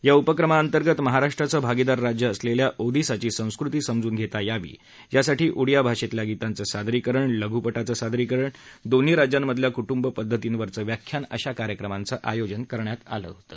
या उपक्रमाअंतर्गत महाराष्ट्राचं भागीदार राज्य असलेल्या ओदिसाची संस्कृती समजून घेता यावी यासाठी उडिया भाषेतल्या गीताचं सादरीकरण ओदिशा राज्याविषयीचा माहितीपट दोन्ही राज्यांमधल्या कूटुंब पद्धतीवरचं व्याख्यान अशा कार्यक्रमांचं आयोजन करण्यात आलं होतं